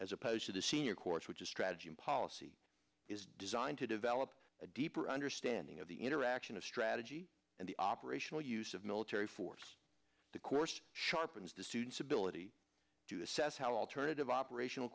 as opposed to the senior corps which is strategy and policy is designed to develop a deeper understanding of the interaction of strategy and the operational use of military force the course sharpens the student's ability to assess how alternative operational